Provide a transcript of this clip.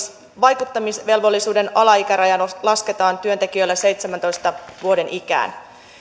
vaikuttamisvelvollisuuden alaikäraja lasketaan työntekijöillä seitsemäntoista vuoden ikään